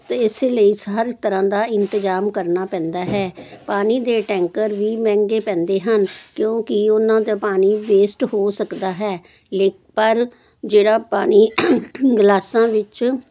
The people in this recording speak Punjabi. ਅਤੇ ਇਸੇ ਲਈ ਹਰ ਤਰ੍ਹਾਂ ਦਾ ਇੰਤਜ਼ਾਮ ਕਰਨਾ ਪੈਂਦਾ ਹੈ ਪਾਣੀ ਦੇ ਟੈਂਕਰ ਵੀ ਮਹਿੰਗੇ ਪੈਂਦੇ ਹਨ ਕਿਉਂਕਿ ਉਹਨਾਂ ਦਾ ਪਾਣੀ ਵੇਸਟ ਹੋ ਸਕਦਾ ਹੈ ਲੇ ਪਰ ਜਿਹੜਾ ਪਾਣੀ ਗਲਾਸਾਂ ਵਿੱਚ